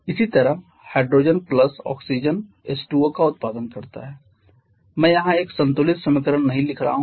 इसी तरह hydrogen plus oxygen H2O का उत्पादन करता है मैं यहां एक संतुलित समीकरण नहीं लिख रहा हूं